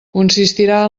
consistirà